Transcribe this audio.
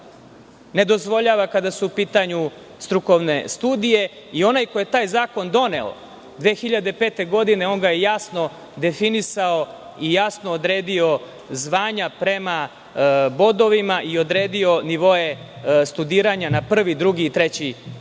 ne dozvoljava, kada su u pitanju strukovne studije. Onaj ko je taj zakon doneo 2005. godine, on ga je jasno definisao i jasno odredio zvanja prema bodovima i odredio nivoe studiranja na prvi, drugi i treći nivo,